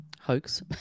hoax